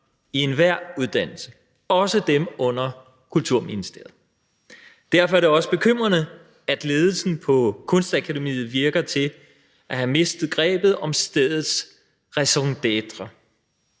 i enhver uddannelse, også dem under Kulturministeriet. Derfor er det også bekymrende, at ledelsen på Kunstakademiet virker til at have mistet grebet om stedets raison d'etre: